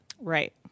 Right